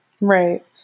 right